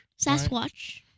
Sasquatch